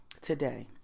today